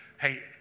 Hey